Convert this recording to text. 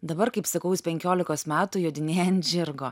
dabar kaip sakau jis penkiolikos metų jodinėja ant žirgo